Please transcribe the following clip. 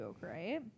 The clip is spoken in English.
right